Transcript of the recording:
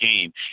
game